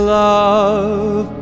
love